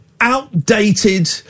outdated